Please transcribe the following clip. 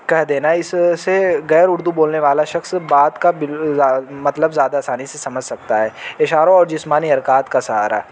کہہ دینا اس سے یر اردو بولنے والا شخص بات کا مطلب زیادہ آسانی سے سمجھ سکتا ہے اشاروں اور جسمانی حرکات کا سہارا